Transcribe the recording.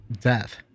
death